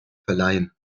verleihen